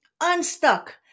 Unstuck